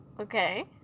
Okay